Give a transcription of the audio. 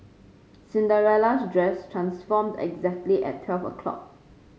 Cinderella's dress transformed exactly at twelve o'clock